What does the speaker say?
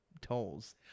tolls